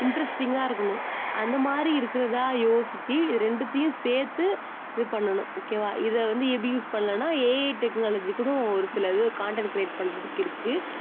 இன்ட்ரெஸ்ட்டிங்காக இருக்கணும் அந்த மாதிரி இருக்கிறதா யோசித்து இது ரெண்டுத்தையும் சேர்த்து இது பண்ணணும் ஓகேவா இதை வந்து எப்படி யூஸ் பண்ணலான்னா ஏஐ டெக்னாலஜி கூட ஒரு சில இது காண்டெண்ட் க்ரியேட் பண்ணுறதுக்கு இருக்குது